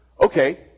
Okay